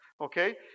Okay